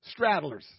Straddlers